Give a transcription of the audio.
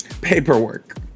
Paperwork